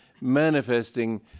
manifesting